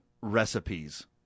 recipes